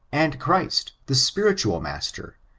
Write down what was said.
and christ, the spiritual master,